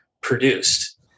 produced